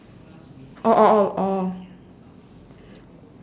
orh orh orh orh